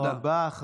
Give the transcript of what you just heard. תודה רבה.